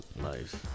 Nice